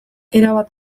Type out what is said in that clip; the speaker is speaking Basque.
erabat